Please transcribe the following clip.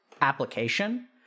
application